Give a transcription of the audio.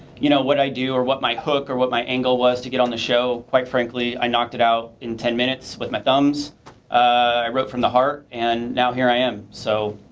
you know, what i do. or what my hook, or what my angle was to get on the show. quite frankly i knocked it out in ten minutes with my thumbs i wrote from the heart and now here i am. so,